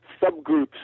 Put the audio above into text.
subgroups